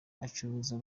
acuruza